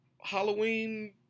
Halloween